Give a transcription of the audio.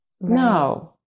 no